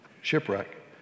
shipwreck